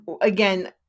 again